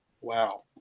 Wow